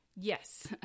Yes